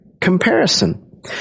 comparison